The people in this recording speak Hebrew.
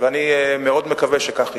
ואני מאוד מקווה שכך יהיה.